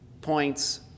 points